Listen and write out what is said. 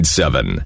seven